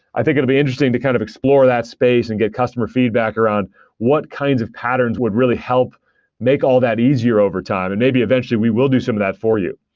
i think it would be interesting to kind of explore that space and get customer feedback around what kinds of patterns would really help make all that easier overtime, and maybe eventually we will do some that for you.